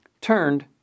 turned